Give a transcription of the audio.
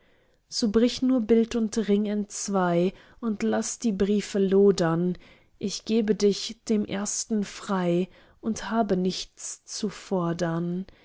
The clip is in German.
so brich nur bild und ring entzwei und laß die briefe lodern ich gebe dich dem ersten frei und habe nichts zu fodern